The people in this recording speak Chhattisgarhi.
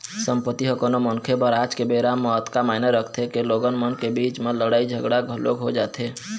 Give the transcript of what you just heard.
संपत्ति ह कोनो मनखे बर आज के बेरा म अतका मायने रखथे के लोगन मन के बीच म लड़ाई झगड़ा घलोक हो जाथे